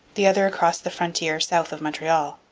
the other across the frontier south of montreal.